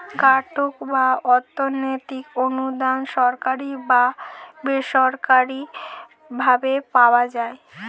grant বা অর্থনৈতিক অনুদান সরকারি বা বেসরকারি ভাবে পাওয়া যায়